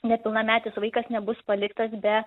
nepilnametis vaikas nebus paliktas be